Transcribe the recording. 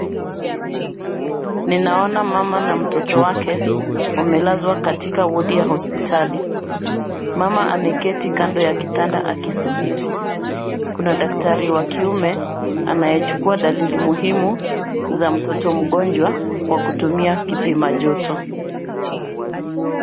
Ninaona mama na mtoto wake wamelazwa katika wodi ya hospitali. Mama ameketi kando ya kitanda akisubiri. Kuna daktari wa kiume anayechukua dalili muhimu za mtoto mgonjwa kwa kutumia kipimajoto.